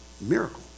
miracle